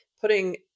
putting